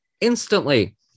Instantly